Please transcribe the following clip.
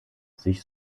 sich